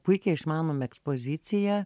puikiai išmanom ekspoziciją